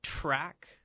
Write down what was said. track